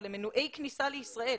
אבל הם מנועי כניסה לישראל